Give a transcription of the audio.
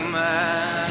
man